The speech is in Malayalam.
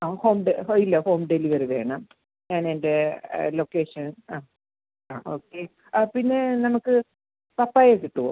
ആ ഹോം ഡെ ഇല്ല ഹോം ഡെലിവറി വേണം ഞാൻ എൻ്റെ ലൊക്കേഷൻ ആ ആ ഓക്കെ പിന്നെ നമുക്ക് പപ്പായ കിട്ടുമോ